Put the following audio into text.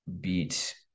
beat